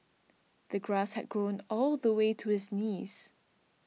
the grass had grown all the way to his knees